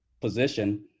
position